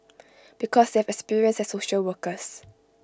because they have experience as social workers